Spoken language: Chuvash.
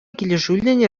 килӗшӳллӗн